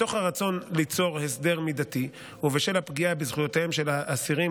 מתוך הרצון ליצור הסדר מידתי ובשל הפגיעה בזכויותיהם של האסירים